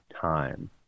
time